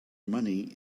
money